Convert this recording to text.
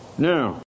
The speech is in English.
Now